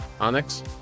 Onyx